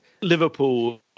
Liverpool